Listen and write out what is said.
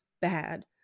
bad